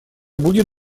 будет